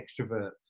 extrovert